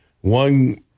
One